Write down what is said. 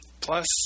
plus